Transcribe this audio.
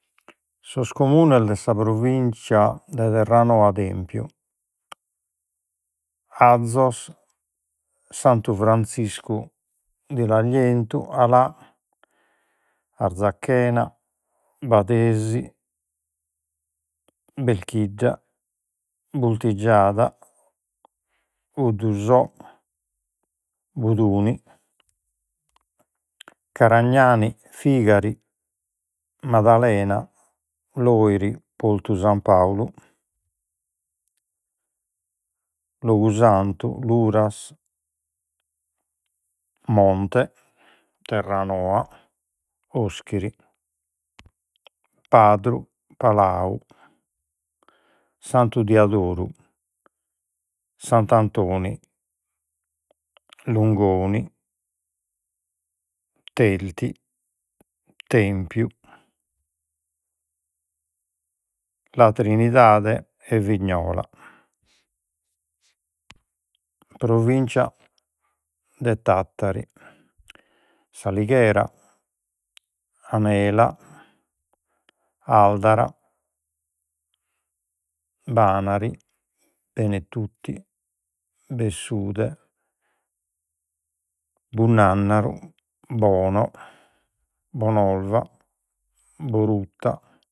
Sos comunes de sa Provinzia de Terranoa Tempiu, Azzos Santu Franciscu di l'Aglientu Alà Arzachena Badesi Belchidda Bultiggjata 'Uddusò Buduni Caragnani Fìgari Madalena Lòiri Poltu San Pàulu Locusantu Luras Monte Terranoa Oschiri Padru Palau Santu Diadoru Sant'Antoni Lungoni Telti Tempiu La Trinidade e Vignola. Provincia de Thatari S'Alighera Anela Àldara Banari Benetutti Bessude Bunnannaru Bono Bonolva Boruta